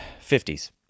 50s